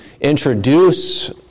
introduce